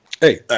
hey